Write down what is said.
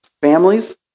Families